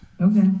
Okay